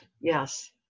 Yes